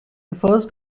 first